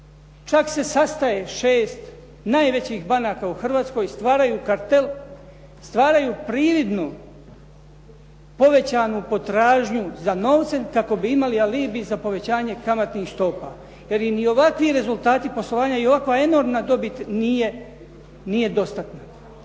Čak se sastaje 6 najvećih banaka u Hrvatskoj, stvaraju kartel, stvaraju prividnu povećanu potražnju za novcem kako bi imali alibi za povećanja kamatnih stopa, jer im ovakvi rezultati poslovanja i ovakva enormna dobit nije dostatna.